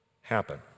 happen